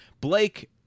Blake